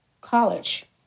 college